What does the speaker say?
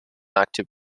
active